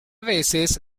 veces